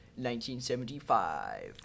1975